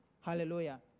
Hallelujah